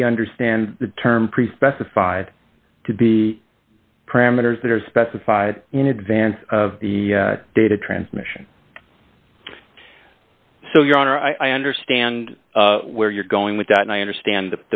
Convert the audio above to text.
we understand the term pre specified to be parameters that are specified in advance of the data transmission so your honor i understand where you're going with that and i understand